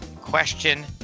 Question